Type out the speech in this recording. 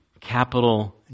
capital